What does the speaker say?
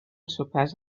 sopars